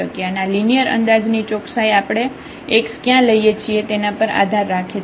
અને આ લિનિયર અંદાજ ની ચોકસાઈ આપણે x ક્યાં લઈએ છીએ તેના પર આધાર રાખે છે